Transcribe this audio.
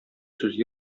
сүз